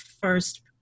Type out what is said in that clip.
first